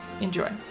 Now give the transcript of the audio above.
Enjoy